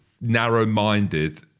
narrow-minded